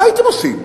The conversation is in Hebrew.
מה הייתם עושים?